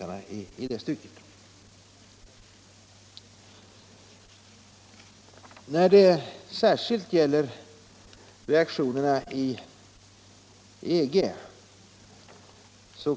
Jag skall sedan säga några ord när det gäller reaktionerna i EG.